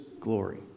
glory